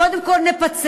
קודם כול נפצל,